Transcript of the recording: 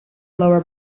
lower